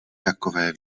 takové